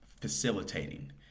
facilitating